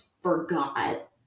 forgot